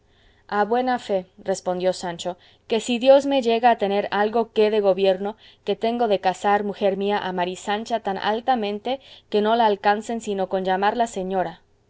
a buena fe respondió sancho que si dios me llega a tener algo qué de gobierno que tengo de casar mujer mía a mari sancha tan altamente que no la alcancen sino con llamarla señora